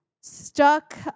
stuck